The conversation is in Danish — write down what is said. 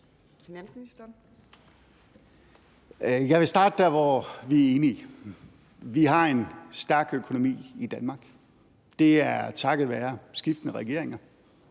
Jeg vil starte der, hvor vi er enige. Vi har en stærk økonomi i Danmark. Det er takket være skiftende regeringer